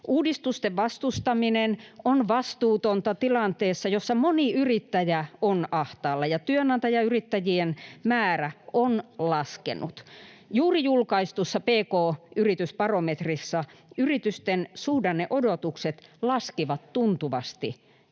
Uudistusten vastustaminen on vastuutonta tilanteessa, jossa moni yrittäjä on ahtaalla ja työnantajayrittäjien määrä on laskenut. Juuri julkaistussa pk-yritysbarometrissa yritysten suhdanneodotukset laskivat tuntuvasti viime